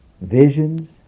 visions